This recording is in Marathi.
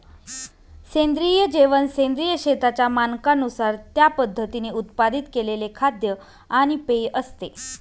सेंद्रिय जेवण सेंद्रिय शेतीच्या मानकांनुसार त्या पद्धतीने उत्पादित केलेले खाद्य आणि पेय असते